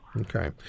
Okay